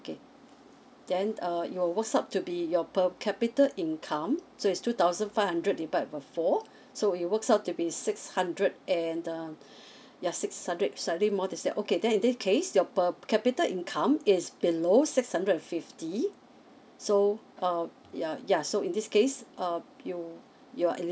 okay then uh your works out to be your per capita income so it's two thousand five hundred divide by four so it works out to be six hundred and um ya six hundred slightly more than six hundred okay then in this case your per capita income is below six hundred and fifty so um ya uh ya so in this case uh you you are eligible